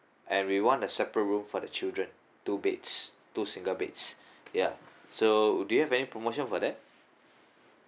and we want a separate room for the children two beds two single beds ya so do you have any promotion for that